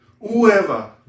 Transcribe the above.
whoever